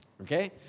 Okay